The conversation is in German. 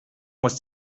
muss